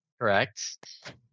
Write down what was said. Correct